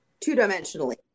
Two-dimensionally